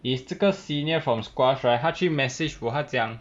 is 这个 senior from squash right 他去 message 我他讲